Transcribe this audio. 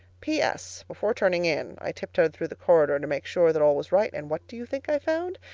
p s. before turning in, i tiptoed through the corridor to make sure that all was right, and what do you think i found?